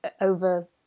over